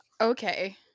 okay